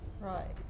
Right